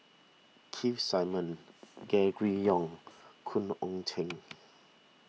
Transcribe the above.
Keith Simmons Gregory Yong Khoo Oon Teik